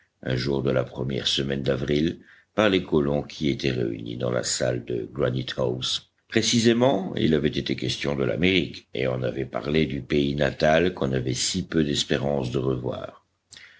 un jour de la première semaine d'avril par les colons qui étaient réunis dans la salle de granite house précisément il avait été question de l'amérique et on avait parlé du pays natal qu'on avait si peu d'espérance de revoir